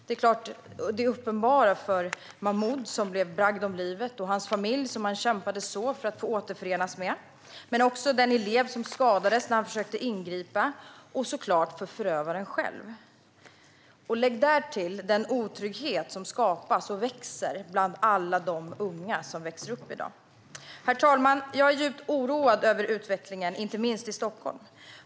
Det uppenbara gäller Mahmoud som blev bragt om livet och hans familj som han kämpade för att få återförenas med. Men det gäller också den elev som skadades när han försökte ingripa och, såklart, förövaren själv. Lägg därtill den otrygghet som skapas och växer bland alla de unga som växer upp i dag. Herr talman! Jag är djupt oroad över utvecklingen, inte minst i Stockholm.